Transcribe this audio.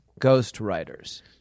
ghostwriters